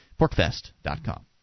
Porkfest.com